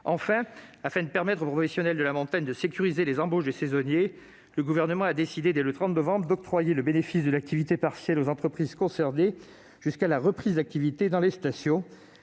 Enfin, afin de permettre aux professionnels de la montagne de sécuriser les embauches des saisonniers, le Gouvernement a décidé, dès le 30 novembre dernier, d'octroyer le bénéfice de l'activité partielle aux entreprises concernées, jusqu'à la reprise d'activité dans les stations.